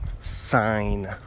Sign